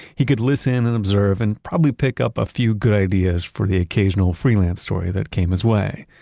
he could listen and observe and probably pick up a few good ideas for the occasional freelance story that came his way.